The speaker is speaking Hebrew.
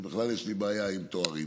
אני, בכלל יש לי בעיה עם תארים,